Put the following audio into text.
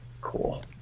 Cool